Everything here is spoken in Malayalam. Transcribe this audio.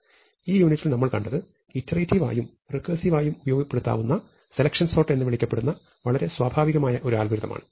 ഈ യൂണിറ്റിൽ നമ്മൾ കണ്ടത് ഇറ്ററേറ്റിവ് ആയും റെക്കേർസിവ് ആയും ഉപയോഗപ്പെടുത്താവുന്ന സെലക്ഷൻ സോർട്ട് എന്ന് വിളിക്കപ്പെടുന്ന വളരെ സ്വാഭാവികമായ ഒരു അൽഗോരിതം ആണ്